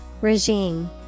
Regime